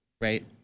right